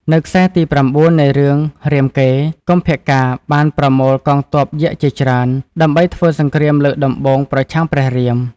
នៅខ្សែទី ៩ នៃរឿងរាមកេរ្តិ៍ កុម្ពការណ៍បានប្រមូលកងទ័ពយក្សជាច្រើន ដើម្បីធ្វើសង្គ្រាមលើកដំបូងប្រឆាំងព្រះរាម។